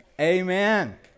Amen